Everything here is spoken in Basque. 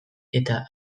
eta